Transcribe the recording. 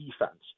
defense